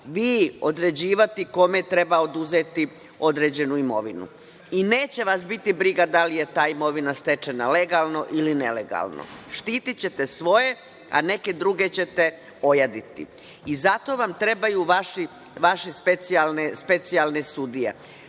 vi određivati kome treba oduzeti određenu imovinu. I neće vas biti briga da li je ta imovina stečena legalno ili nelegalno? Štitićete svoje, a neke druge ćete ojaditi i zato vam trebaju vaši specijalne sudije. Dobro